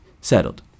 settled